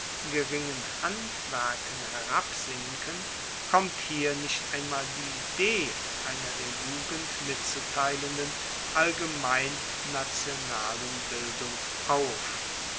geringen handwerken herabsinken kommt hier nicht einmal die idee einer der jugend mitzuteilenden allgemein nationalen bildung auf